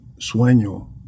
Sueño